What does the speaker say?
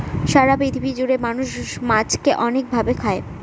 সারা পৃথিবী জুড়ে মানুষ মাছকে অনেক ভাবে খায়